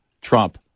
Trump